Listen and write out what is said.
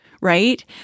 right